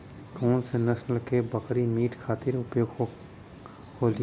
कौन से नसल क बकरी मीट खातिर उपयोग होली?